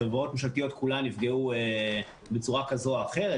החברות הממשלתיות כולן נפגעו בצורה כזו או אחרת,